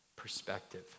perspective